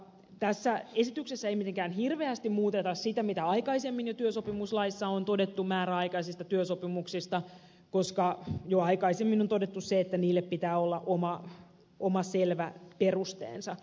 tässä esityksessä ei mitenkään hirveästi muuteta sitä mitä aikaisemmin jo työsopimuslaissa on todettu määräaikaisista työsopimuksista koska jo aikaisemmin on todettu se että niille pitää olla oma selvä perusteensa